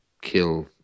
kill